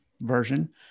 version